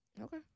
Okay